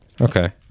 Okay